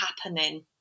happening